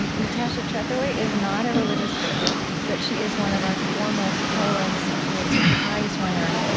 um natasha trethewey is not a religious figure, but she is one of our foremost poets, a pulitzer prize winner,